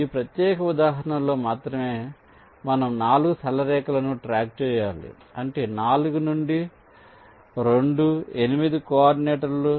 ఈ ప్రత్యేక ఉదాహరణలో మాత్రమే మనం 4 సరళ రేఖలను ట్రాక్ చేయాలి అంటే 4 నుండి 2 8 కోఆర్డినేట్లు